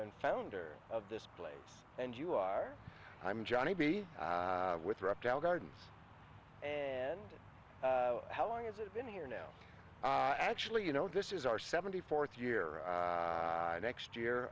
and founder of this place and you are i'm johnny b with reptile gardens and how long has it been here now actually you know this is our seventy fourth year next year